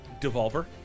Devolver